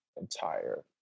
entire